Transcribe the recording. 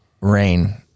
rain